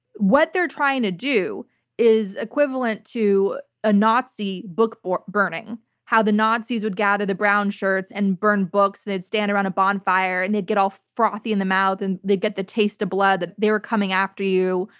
what they're trying to do is equivalent to a nazi book book burning-how the nazis would gather the brown shirts and burn books. and they'd stand around a bonfire and they'd get all frothy in the mouth and they'd get the taste of blood that they were coming after you,